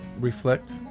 reflect